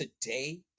today